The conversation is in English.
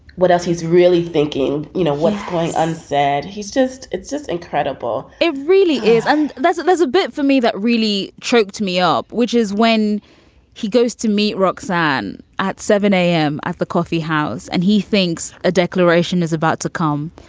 what else he's really thinking? you know what unsaid. he's just it's just incredible it really is. and that's it there's a bit for me that really choked me up, which is when he goes to meet roxann at seven at the coffee house. and he thinks a declaration is about to come.